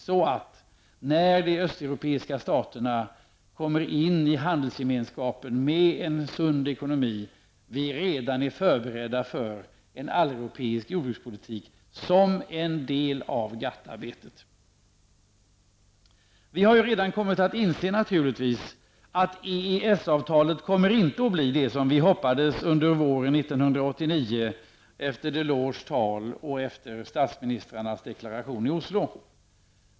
Då kan vi när de östeuropeiska staterna kommer in i handelsgemenskapen med en sund ekonomi redan vara förberedda för en alleuropeisk jordbrukspolitik som en del av GATT Vi har redan insett att EES-avtalet inte kommer att bli vad vi hoppades under våren 1989 efter Delors tal och efter statsministrarna deklaration i Oslo.